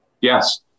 Yes